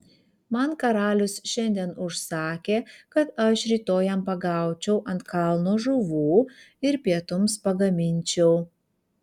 man karalius šiandien užsakė kad aš rytoj jam pagaučiau ant kalno žuvų ir pietums pagaminčiau